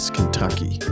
Kentucky